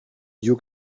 you